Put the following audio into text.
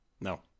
No